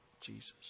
Jesus